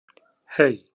hey